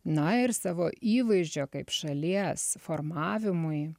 na ir savo įvaizdžio kaip šalies formavimui